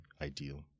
ideal